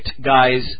guys